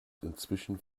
inzwischen